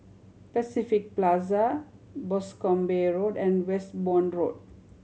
Pacific Plaza Boscombe Road and Westbourne Road